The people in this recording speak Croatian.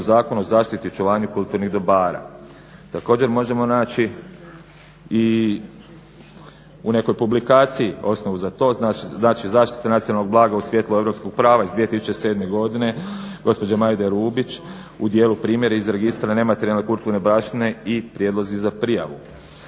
Zakonu o zaštiti i očuvanju kulturnih dobara. Također možemo naći i u nekoj publikaciji osnovu za to, znači zaštita nacionalnog blaga u svjetlu europskog prava iz 2007. godine gospođe Majde Rubić u djelu Primjeri iz registra nematerijalne kulturne baštine i prijedlozi za prijavu